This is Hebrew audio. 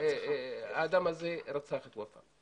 כשהאדם הזה רצח את ופאא.